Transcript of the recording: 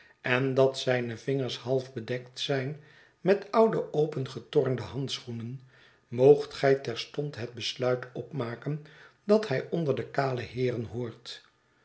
en dat zyne vingers half bedekt zijn met oude opengetornde handschoenen moogt gij terstond het besluit opmaken dat hij onder de kale heeren behoort